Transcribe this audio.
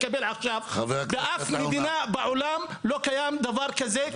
באף מדינה לא קיים דבר כזה,